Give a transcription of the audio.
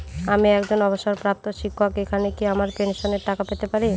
আমি একজন অবসরপ্রাপ্ত শিক্ষক এখানে কি আমার পেনশনের টাকা পেতে পারি?